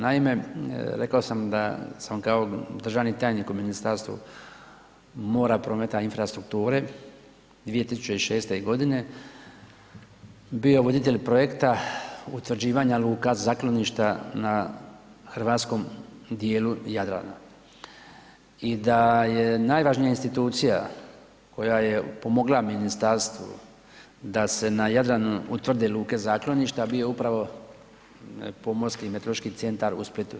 Naime, rekao sam da sam kao državni tajnik u Ministarstvu mora, prometa i infrastrukture 2006. godine bio voditelj projekta utvrđivanja luka, zakloništa na hrvatskom dijelu Jadrana i da je najvažnija institucija koja je pomogla ministarstvu da se na Jadranu utvrde luke zakloništa bio upravo Pomorski meteorološki centar u Splitu.